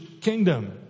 kingdom